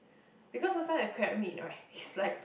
because last time the crab meat right it's like